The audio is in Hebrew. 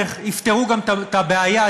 יפתרו גם את הבעיה,